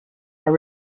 are